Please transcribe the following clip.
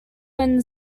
when